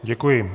Děkuji.